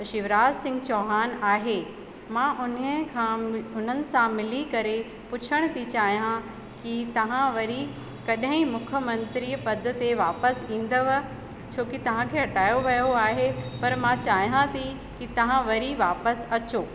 शिवरास सिंग चोहान आहे मां उन्ह खां हुननि सां मिली करे पुछण थी चाहियां की तव्हां वरी कॾहिं मुखमंत्री पद ते वापिसि ईंदव छोकी तव्हांखे हटायो वियो आहे पर मां चाहियां थी की तव्हां वरी वापिसि अचो